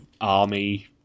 army